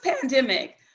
pandemic